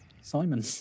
Simon